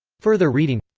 further reading